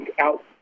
out